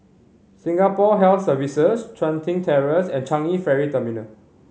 Singapore Health Services Chun Tin Terrace and Changi Ferry Terminal